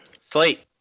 slate